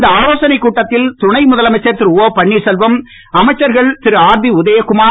இந்த ஆலோசனைக் கூட்டத்தில் துணை முதலமைச்சர் திரு ஓ பன்னீர்செல்வம் அமைச்சர்கள் திரு ஆர்பி உதயகுமார்